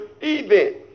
event